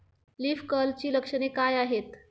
Leaf कर्लची लक्षणे काय आहेत?